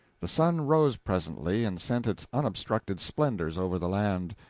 the sun rose presently and sent its unobstructed splendors over the land,